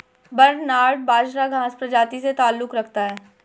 barnyard बाजरा घांस प्रजाति से ताल्लुक रखता है